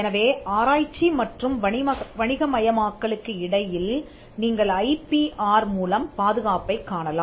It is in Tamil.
எனவே ஆராய்ச்சி மற்றும் வணிக மயமாக்கலுக்கு இடையில் நீங்கள் ஐபிஆர் மூலம் பாதுகாப்பைக் காணலாம்